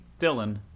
Dylan